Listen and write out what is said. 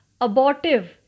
abortive